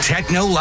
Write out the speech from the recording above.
Techno